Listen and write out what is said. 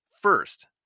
First